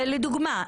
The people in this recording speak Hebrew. לדוגמה,